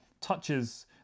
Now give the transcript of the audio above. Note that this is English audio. touches